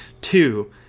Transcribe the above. Two